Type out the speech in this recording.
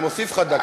אני מוסיף לך דקה.